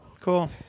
cool